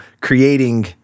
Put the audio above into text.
creating